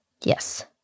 Yes